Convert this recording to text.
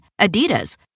Adidas